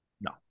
No